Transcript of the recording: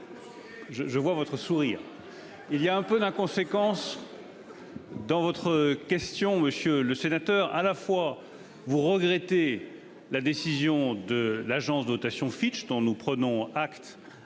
je vois votre sourire. Il y a un peu d'inconséquences. Dans votre question, monsieur le sénateur, à la fois vous regretter la décision de l'agence de notation Fitch dont nous prenons acte